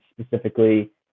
specifically